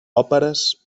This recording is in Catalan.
òperes